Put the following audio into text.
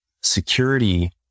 security